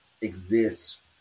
exists